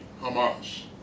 Hamas